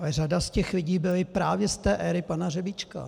Řada z těch lidí byli právě z té éry pana Řebíčka.